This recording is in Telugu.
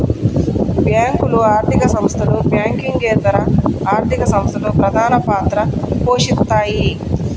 బ్యేంకులు, ఆర్థిక సంస్థలు, బ్యాంకింగేతర ఆర్థిక సంస్థలు ప్రధానపాత్ర పోషిత్తాయి